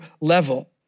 level